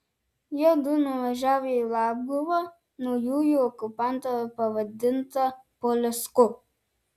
jiedu nuvažiavo į labguvą naujųjų okupantų pavadintą polesku